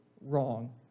wrong